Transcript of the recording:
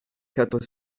quatre